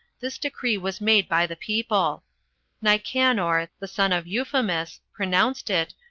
this decree was made by the people nicanor, the son of euphemus, pronounced it,